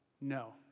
no